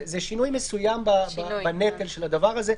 זה שינוי מסוים בנטל של הדבר הזה.